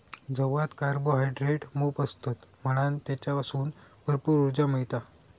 जवात कार्बोहायड्रेट मोप असतत म्हणान तेच्यासून भरपूर उर्जा मिळता